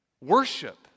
worship